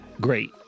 great